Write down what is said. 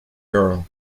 girl